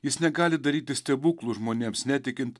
jis negali daryti stebuklų žmonėms netikint